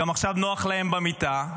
גם עכשיו נוח להם במיטה.